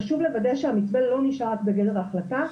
חשוב לוודא שהמתווה לא נשאר רק בגדר החלטה,